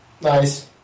nice